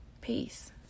Peace